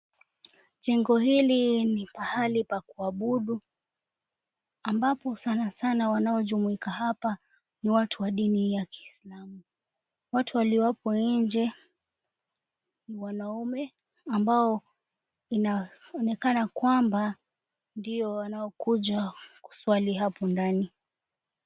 Jengo hili ni pahali pa kuabudu ambapo sanasana wanaojumuika hapa ni watu wa dini ya kiislamu. Watu walio hapo nje ni wanaume ambao inaonekana kwamba ndio wanaokuja kuswali hapo ndani.